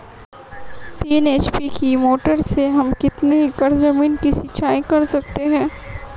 तीन एच.पी की मोटर से हम कितनी एकड़ ज़मीन की सिंचाई कर सकते हैं?